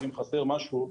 ואם חסר משהו,